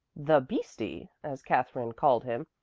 the beastie, as katherine called him,